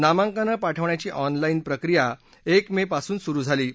नामांकनं पाठवण्याची ऑनलाईन प्रक्रिया एक मे पासून सुरु झाली आहे